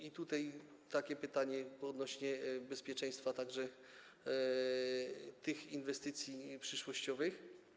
Mam takie pytanie odnośnie do bezpieczeństwa, także tych inwestycji przyszłościowych.